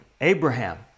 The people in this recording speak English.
Abraham